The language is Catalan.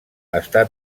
està